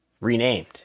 renamed